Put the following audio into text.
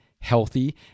healthy